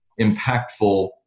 impactful